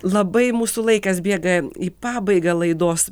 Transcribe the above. labai mūsų laikas bėga į pabaigą laidos